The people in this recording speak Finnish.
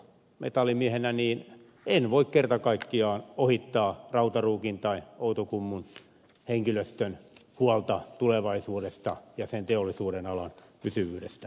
metallimiehenä en voi kerta kaikkiaan ohittaa rautaruukin tai outokummun henkilöstön huolta tulevaisuudesta ja sen teollisuudenalan pysyvyydestä